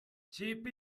cheap